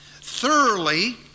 thoroughly